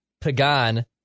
Pagan